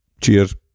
cheers